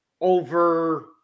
over